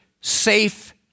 Safe